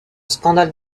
scandale